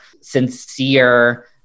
sincere